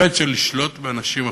החטא של לשלוט באנשים אחרים,